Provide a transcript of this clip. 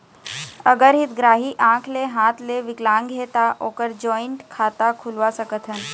अगर हितग्राही आंख ले हाथ ले विकलांग हे ता ओकर जॉइंट खाता खुलवा सकथन?